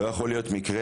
לא יכול להיות מקרה